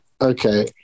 Okay